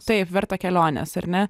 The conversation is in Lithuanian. taip verta kelionės ar ne